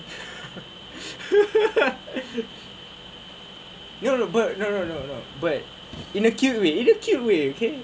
no no but no no no no but in a cute way in a cute way okay